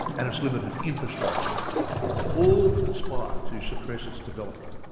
and its limited infrastructure all conspire to suppress its development.